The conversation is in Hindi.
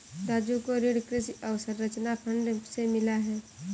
राजू को ऋण कृषि अवसंरचना फंड से मिला है